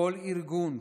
כל ארגון.